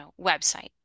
website